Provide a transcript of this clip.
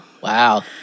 Wow